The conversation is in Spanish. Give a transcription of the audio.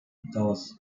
dos